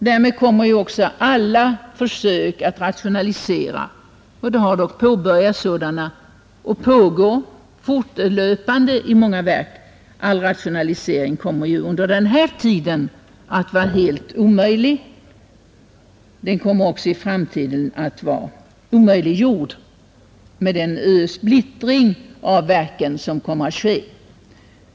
Därmed kommer också alla försök att rationalisera — det har dock påbörjats sådana och de pågår fortlöpande i många verk — under den här tiden att vara helt omöjliga, och rationaliseringen kommer också i framtiden att, med den splittring av verken som kommer att ske, bli omöjliggjord.